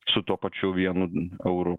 su tuo pačiu vienu euru